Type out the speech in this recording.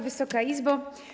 Wysoka Izbo!